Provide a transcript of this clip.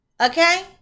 Okay